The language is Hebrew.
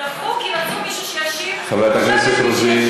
דחו כי רצו שמישהו ישיב, ועכשיו אין מי שישיב.